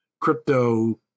crypto